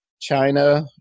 china